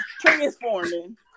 transforming